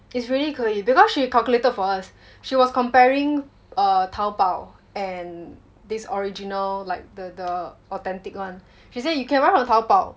is really 可以 because she calculated for us she was comparing err Taobao and this original like the the authentic [one] she said you can buy from Taobao